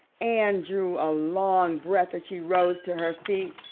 anne drew a long breath as she rose to her feet.